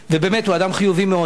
ובאמת, הוא אדם חיובי מאוד.